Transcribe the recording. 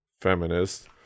feminist